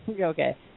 okay